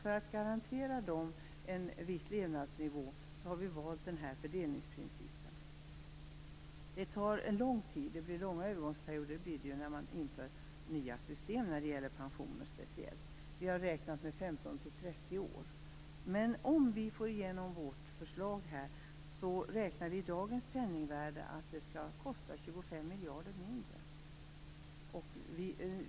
För att garantera dem en viss levnadsnivå har vi valt den här fördelningsprincipen. Det blir långa övergångsperioder när man inför nya system, speciellt när det gäller pensioner. Vi har räknat med 15-30 år. Men om vi får igenom vårt förslag räknar vi i dagens penningvärde med att det skall kosta 25 miljarder mindre.